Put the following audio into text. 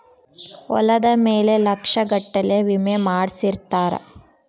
ಹೊಲದ ಮೇಲೆ ಲಕ್ಷ ಗಟ್ಲೇ ವಿಮೆ ಮಾಡ್ಸಿರ್ತಾರ